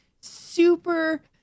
super